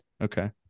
Okay